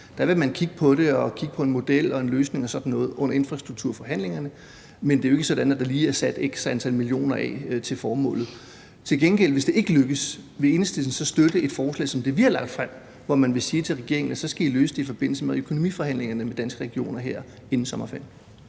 Man vil kigge på det, altså kigge på en model og en løsning og sådan noget under infrastrukturforhandlingerne, men det er jo ikke sådan, at der lige er sat x antal millioner af til formålet. Men hvis det nu til gengæld ikke lykkes, vil Enhedslisten så støtte et forslag som det, vi har lagt frem, hvor man vil sige til regeringen, at så skal den løse det i forbindelse med økonomiforhandlingerne med Danske Regioner her inden sommerferien?